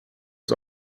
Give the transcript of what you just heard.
ist